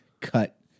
cut